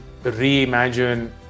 reimagine